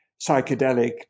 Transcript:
psychedelic